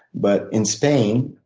but in spain,